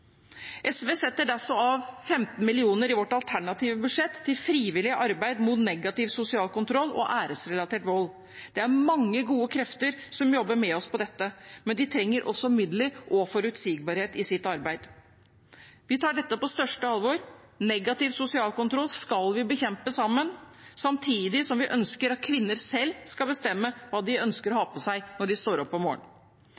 SV setter av 15 mill. kr i sitt alternative budsjett til frivillig arbeid mot negativ sosial kontroll og æresrelatert vold. Det er mange gode krefter som jobber med oss på dette, men de trenger også midler og forutsigbarhet i sitt arbeid. Vi tar dette på største alvor. Negativ sosial kontroll skal vi bekjempe sammen, samtidig som vi ønsker at kvinner selv skal bestemme hva de ønsker å